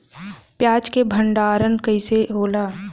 प्याज के भंडारन कइसे होला?